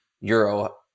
Euro